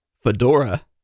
Fedora